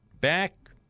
back